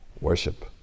Worship